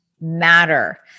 matter